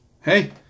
hey